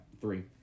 three